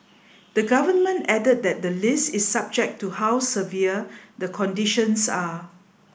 the Government added that the list is subject to how severe the conditions are